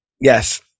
Yes